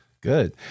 good